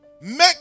make